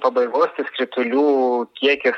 pabaigos kritulių kiekis